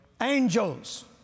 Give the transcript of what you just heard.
Angels